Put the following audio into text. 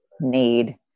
need